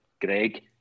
Greg